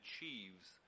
achieves